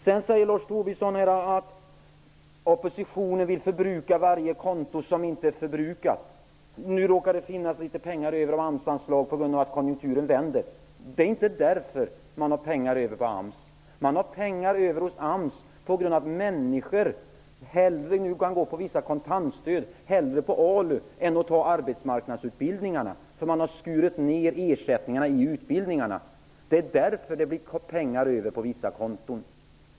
Sedan säger herr Tobisson att oppositionen vill förbruka varje konto som inte är förbrukat. Nu råkar det finnas litet pengar över på AMS-anslaget på grund av att konjunkturen vände. Det är inte därför det finns pengar över på AMS. Man har pengar över på grund av att människor nu hellre tar kontantstöd och går på ALU än på arbetsmarknadsutbildningarna. Man har ju skurit ned ersättningarna i utbildningarna. Det är därför det blir pengar över på vissa konton.